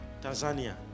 Tanzania